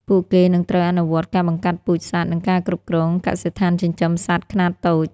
ពួកគេនឹងត្រូវអនុវត្តការបង្កាត់ពូជសត្វនិងការគ្រប់គ្រងកសិដ្ឋានចិញ្ចឹមសត្វខ្នាតតូច។